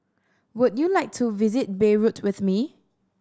would you like to visit Beirut with me